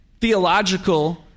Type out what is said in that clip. theological